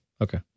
Okay